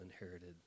inherited